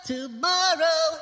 Tomorrow